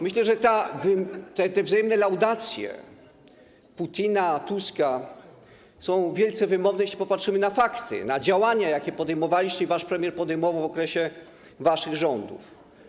Myślę, że te wzajemne laudacje Putina, Tuska są wielce wymowne, jeśli popatrzymy na fakty, na działania, jakie podejmowaliście i wasz premier podejmował w okresie waszych rządów.